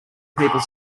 people